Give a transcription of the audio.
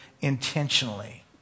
intentionally